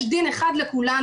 יש דין אחד לכולנו,